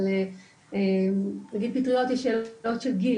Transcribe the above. אבל נגיד פטריות יש שאלות של גיל,